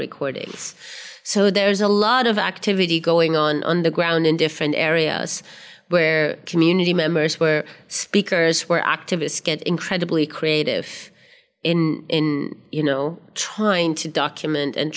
recordings so there's a lot of activity going on on the ground in different areas where community members were speakers where activists get incredibly creative in in you know trying to document and